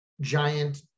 giant